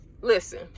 listen